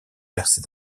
percée